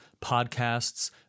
podcasts